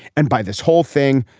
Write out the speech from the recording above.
and by this whole thing,